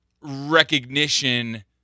recognition